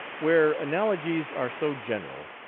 where analogies are so general,